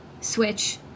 switch